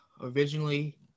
originally